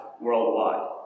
worldwide